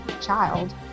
child